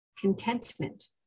contentment